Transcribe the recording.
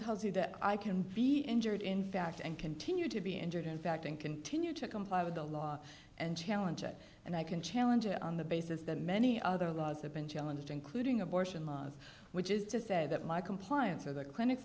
tells you that i can be injured in fact and continue to be injured in fact and continue to comply with the law and challenge it and i can challenge it on the basis that many other laws have been challenged including abortion which is to say that my compliance of the clinic